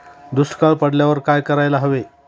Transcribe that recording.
दुष्काळ पडल्यावर काय करायला हवे?